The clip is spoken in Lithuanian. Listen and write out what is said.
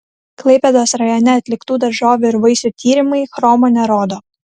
klaipėdos rajone atliktų daržovių ir vaisių tyrimai chromo nerodo